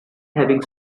having